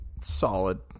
solid